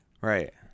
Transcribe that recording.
Right